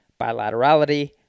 bilaterality